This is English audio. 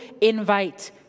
invite